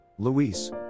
Luis